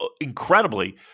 incredibly